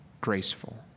graceful